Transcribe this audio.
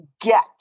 get